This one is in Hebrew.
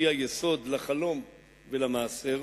שהיא היסוד לחלום ולמעשר,